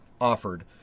offered